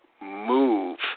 move